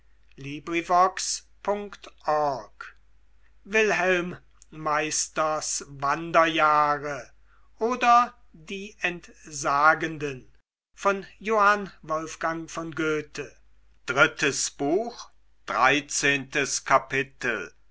wilhelm meisters wanderjahre oder die entsagenden